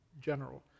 general